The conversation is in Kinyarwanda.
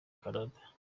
canada